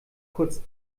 kurz